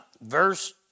verse